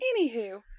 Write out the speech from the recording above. anywho